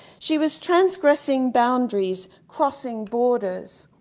she was transgressing boundaries crossing borders,